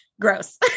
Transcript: Gross